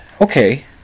okay